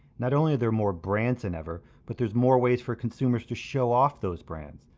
not only are there more brands than ever, but there's more ways for consumers to show off those brands.